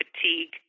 fatigue